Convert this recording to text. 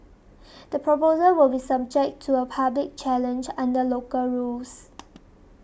the proposal will be subject to a public challenge under local rules